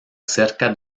cerca